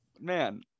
man